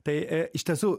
tai iš tiesų